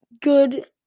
good